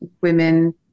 women